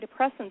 antidepressants